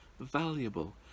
valuable